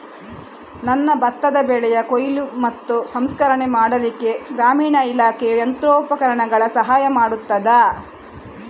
ನನ್ನ ಭತ್ತದ ಬೆಳೆಯ ಕೊಯ್ಲು ಮತ್ತು ಸಂಸ್ಕರಣೆ ಮಾಡಲಿಕ್ಕೆ ಗ್ರಾಮೀಣ ಇಲಾಖೆಯು ಯಂತ್ರೋಪಕರಣಗಳ ಸಹಾಯ ಮಾಡುತ್ತದಾ?